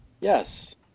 Yes